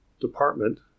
department